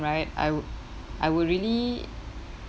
right I'd I would really